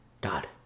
God